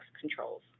controls